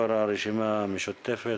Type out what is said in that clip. יושב ראש הרשימה המשותפת,